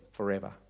forever